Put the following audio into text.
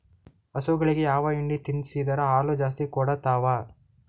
ಹಸುಗಳಿಗೆ ಯಾವ ಹಿಂಡಿ ತಿನ್ಸಿದರ ಹಾಲು ಜಾಸ್ತಿ ಕೊಡತಾವಾ?